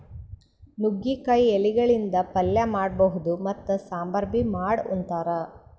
ನುಗ್ಗಿಕಾಯಿ ಎಲಿಗಳಿಂದ್ ಪಲ್ಯ ಮಾಡಬಹುದ್ ಮತ್ತ್ ಸಾಂಬಾರ್ ಬಿ ಮಾಡ್ ಉಂತಾರ್